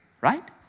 right